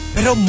Pero